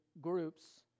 groups